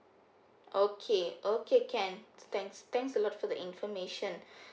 okay okay can thanks thanks a lot for the information